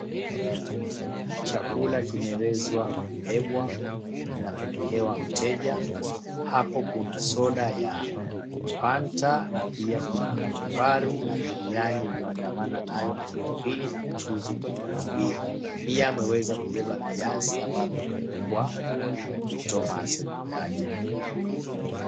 Chakula kimewezwa kubebwa kinapelekewa mteja. Hapo kuna soda ya Fanta na pia kuna kachumbari na biriyani yuandamana nayo na pilipili ya mchuzi iliyonawiri. Pia ameweza kubeba viazi ambavyo vimewekwa tomato ju𝑢 yake.